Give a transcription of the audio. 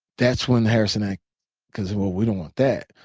that's when the harrison act because we don't want that.